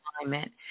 alignment